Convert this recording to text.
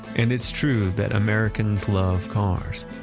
and it's true that americans love cars.